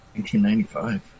1995